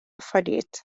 affarijiet